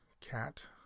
cat